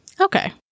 Okay